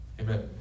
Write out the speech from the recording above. Amen